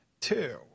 two